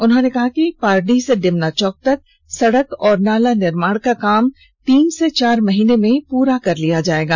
उन्होंने बताया कि पारडीह से डिमना चौक तक सड़क और नाला निर्माण का काम तीन से चार महीने में पूरा कर लिया जाएगा